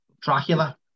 Dracula